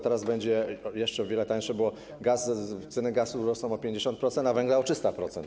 Teraz będzie jeszcze o wiele tańsze, bo ceny gazu rosną o 50%, a węgla o 300%.